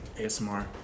ASMR